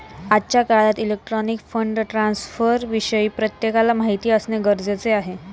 आजच्या काळात electronic fund ट्रान्स्फरविषयी प्रत्येकाला माहिती असणे गरजेचे आहे